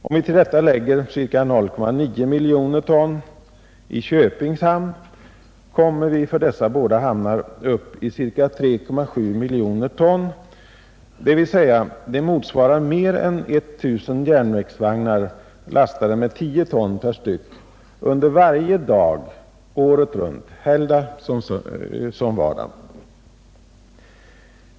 Om vi till detta lägger cirka 0,9 miljoner ton i Köpings hamn, kommer vi för dessa båda hamnar upp i cirka 3,7 miljoner ton, dvs. det motsvarar mer än 1 000 järnvägsvagnar lastade med 10 ton per styck varje dygn året runt, vardag som helgdag.